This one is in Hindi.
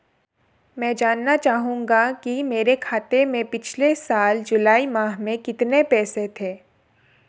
मैं जानना चाहूंगा कि मेरे खाते में पिछले साल जुलाई माह में कितने पैसे थे?